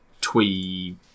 twee